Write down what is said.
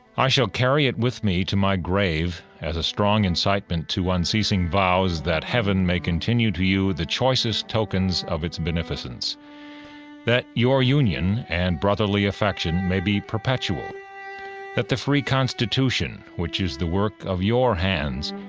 i shall carry it with me to my grave, as a strong incitement to unceasing vows that heaven may continue to you the choicest tokens of its beneficence that your union and brotherly affection may be perpetual that the free constitution, which is the work of your hands,